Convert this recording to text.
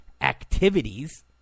activities